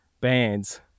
bands